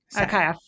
Okay